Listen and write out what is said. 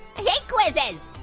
i hate quizzes.